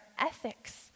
ethics